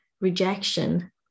rejection